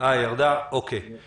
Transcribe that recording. מירי סביון, אני